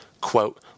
quote